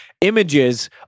images